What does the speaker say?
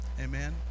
amen